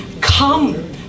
Come